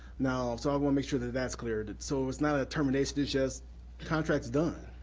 now so i wanna make sure that that's cleared. so it's not a termination, it's just contact's done,